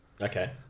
Okay